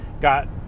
got